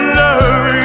love